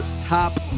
top